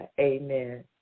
Amen